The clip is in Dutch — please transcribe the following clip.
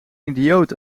idioot